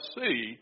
see